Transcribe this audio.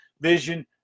vision